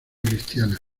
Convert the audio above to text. cristiana